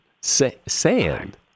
Sand